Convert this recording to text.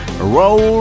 Roll